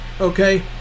okay